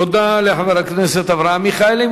תודה לחבר הכנסת אברהם מיכאלי.